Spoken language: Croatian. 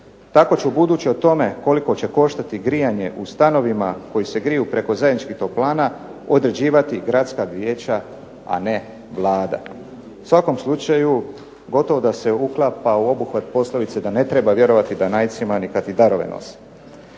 Tako će ubuduće o tome koliko će koštati grijanje u stanovima koji se griju preko zajedničkih toplana određivati gradska vijeća, a ne Vlada. U svakom slučaju gotovo da se uklapa u obuhvat poslovice da "Ne treba vjerovati Danajcima ni kada ti darove nose".